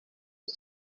rya